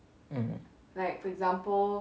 mm